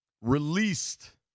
Released